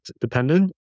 dependent